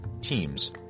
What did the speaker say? teams